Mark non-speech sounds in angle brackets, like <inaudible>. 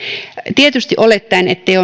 tietysti olettaen ettei <unintelligible>